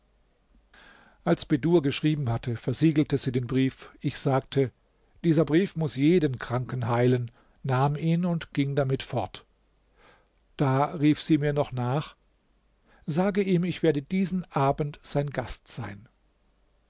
als bedur geschrieben hatte versiegelte sie den brief ich sagte dieser brief muß jeden kranken heilen nahm ihn und ging damit fort da rief sie mir noch nach sage ihm ich werde diesen abend sein gast sein